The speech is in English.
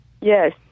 Yes